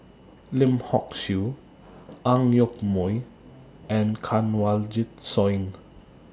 Lim Hock Siew Ang Yoke Mooi and Kanwaljit Soin